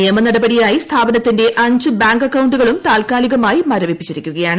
നിയമനടപടിയായി സ്ഥാപനത്തിന്റെ അഞ്ച് ബാങ്ക് അക്കൌണ്ടുകളും താത്കാലിമായി മരവിപ്പിച്ചിരിക്കുകയാണ്